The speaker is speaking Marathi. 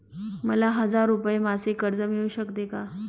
मला हजार रुपये मासिक कर्ज मिळू शकते का?